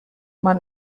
man